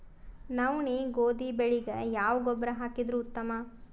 ನವನಿ, ಗೋಧಿ ಬೆಳಿಗ ಯಾವ ಗೊಬ್ಬರ ಹಾಕಿದರ ಉತ್ತಮ?